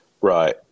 Right